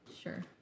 Sure